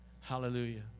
Hallelujah